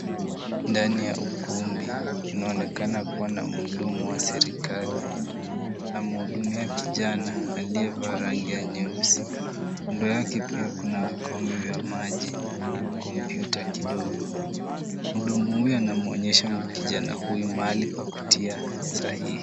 Ndani ya ukumbi kunaonekana kuwa na mhudumu wa serikali. Anamhudumia kijana aliyevaa rangi ya nyeusi. Kando yake pia kuna vikombe vya maji na kompyuta kidogo. Mhudumu huyu anamuonyesha kijana huyu mahali pa kutia sahihi.